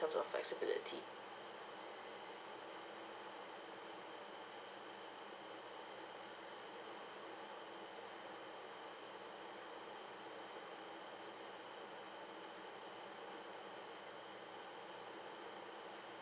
terms of flexibility